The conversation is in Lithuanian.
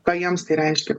ką jiems tai reiškia